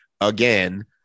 again